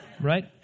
Right